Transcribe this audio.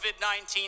COVID-19